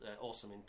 awesome